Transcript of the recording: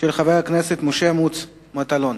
של חבר הכנסת משה מוץ מטלון.